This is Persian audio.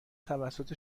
توسط